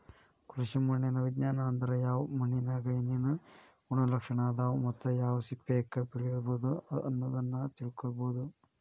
ಕೃಷಿ ಮಣ್ಣಿನ ವಿಜ್ಞಾನ ಅಂದ್ರ ಯಾವ ಮಣ್ಣಿನ್ಯಾಗ ಏನೇನು ಗುಣಲಕ್ಷಣ ಅದಾವ ಮತ್ತ ಯಾವ ಪೇಕ ಬೆಳಿಬೊದು ಅನ್ನೋದನ್ನ ತಿಳ್ಕೋಬೋದು